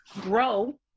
grow